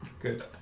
good